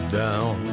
down